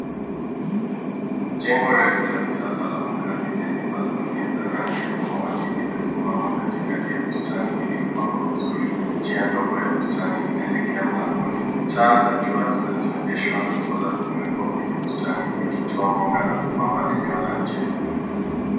Jengo refu la kisasa la makazi lenye balconies za rangi ya samawati linasimama katikati ya bustani iliyopangwa vizuri. Njia ndogo ya bustani inaelekea mlangoni. Taa za jua zinazoendeshwa na sola zimewekwa kwenye bustani zikitoa mwanga na kupamba eneo la nje.